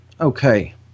Okay